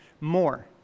More